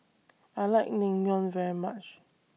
I like Naengmyeon very much